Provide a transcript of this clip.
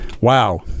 Wow